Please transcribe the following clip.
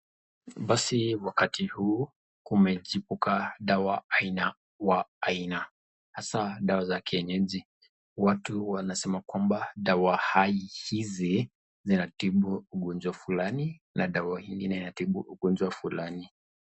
Basi wakati huu kumechipuka dawa aina wa aina. Hasa dawa zake za kienyeji. Watu wanasema kwamba dawa hizi zinatibu ugonjwa fulani na dawa nyingine inatibu ugonjwa fulani.